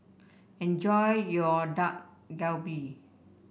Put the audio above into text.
enjoy your Dak Galbi